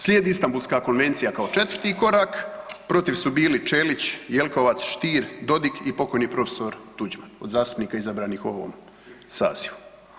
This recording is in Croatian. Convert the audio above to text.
Slijedi Istanbulska konvencija kao četvrti korak, protiv su bili Ćelić, Jelkovac, Stier, Dodig i pokojni prof. Tuđman od zastupnika izabranih u ovom sazivu.